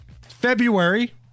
February